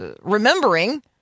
remembering